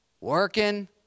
working